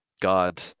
God